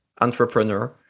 entrepreneur